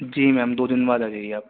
جی ma'am دو دن بعد آ جائیے آپ